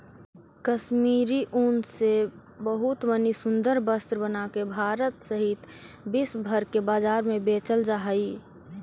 कश्मीरी ऊन से बहुत मणि सुन्दर वस्त्र बनाके भारत सहित विश्व भर के बाजार में बेचल जा हई